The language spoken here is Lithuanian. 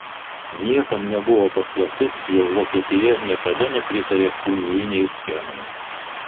niekam nebuvo paslaptis jog vokietija niekada nepritarė unijinei schemai